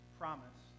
promise